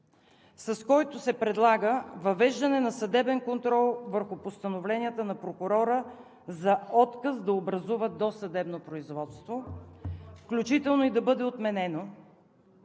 с който се предлага въвеждане на съдебен контрол върху постановленията на прокурора за отказ да образува досъдебно производство, включително да бъде отменено,